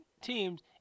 teams